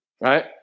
right